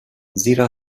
زیرا